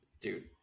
dude